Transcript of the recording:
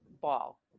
ball